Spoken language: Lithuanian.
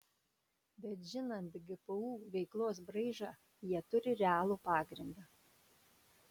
bet žinant gpu veiklos braižą jie turi realų pagrindą